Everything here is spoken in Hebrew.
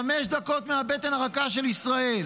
חמש דקות מהבטן הרכה של ישראל.